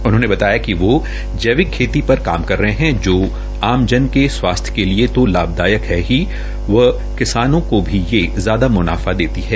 उन्होंने बताया कि वो जैविक खेती पर काम करे रहे है जो आमजन के स्वास्थ्य के लिए तो लाभदायक है व किसानों को भी ज्यादा मुनाफा देती है